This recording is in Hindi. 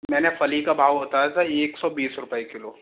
मैंने फली का भाव बताया था एक सौ बीस रुपए किलो